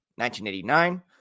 1989